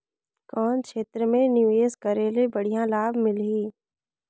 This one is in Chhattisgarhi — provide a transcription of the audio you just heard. कौन क्षेत्र मे निवेश करे ले बढ़िया लाभ मिलही?